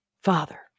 Father